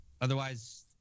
Otherwise